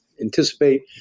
anticipate